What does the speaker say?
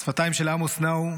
השפתיים של עמוס נעו,